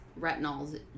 retinols